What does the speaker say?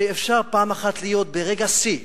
שאפשר פעם אחת להיות ברגע שיא